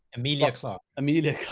emilia clarke. amelia.